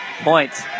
points